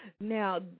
Now